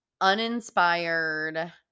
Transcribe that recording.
uninspired